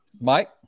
mike